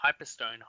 Hyperstone